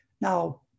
Now